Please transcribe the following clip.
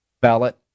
ballot